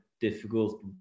difficult